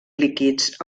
líquids